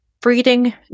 breeding